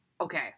Okay